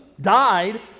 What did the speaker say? died